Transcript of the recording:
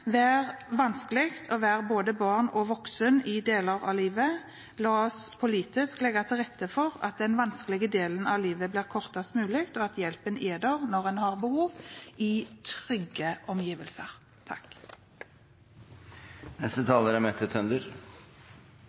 være vanskelig å være både barn og voksen i deler av livet. La oss politisk legge til rette for at den vanskelige delen av livet blir kortest mulig, og at hjelpen er der når en har behov – i trygge omgivelser.